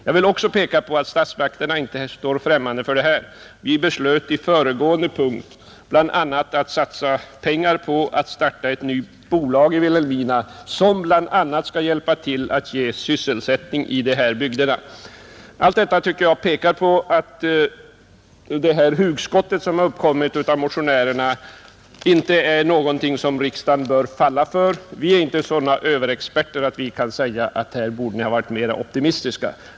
Jag vill också påpeka att vi under föregående punkt beslöt att satsa pengar på ett nytt bolag i Vilhelmina som bl, a. skall hjälpa till att ge sysselsättning i dessa bygder. Allt detta tycker jag tyder på att motionärernas hugskott inte är någonting som riksdagen bör falla för, Vi är inte sådana ”överexperter” att vi kan säga att man borde ha varit mer optimistisk.